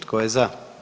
Tko je za?